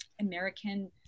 American